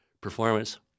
performance